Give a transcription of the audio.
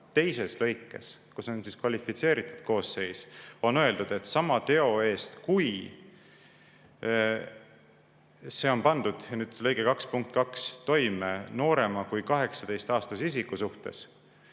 teises lõikes, kus on kvalifitseeritud koosseis, on öeldud, et sama teo eest, kui see on pandud toime – ja nüüd lõige 2 punkt 2 – noorema kui 18-aastase isiku suhtes,